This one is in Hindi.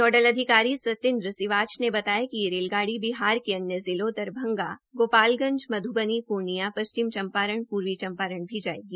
नोडल अधिकारी सतिन्द्र सिवाच ने बताया कि यह रेलगाड़ी बिहार के अन्य जिलों दरभंगा गोपालगंज मध्बनी पूर्णिया पश्चिमी चम्पारन पूर्वी चंपारन भी जायेगी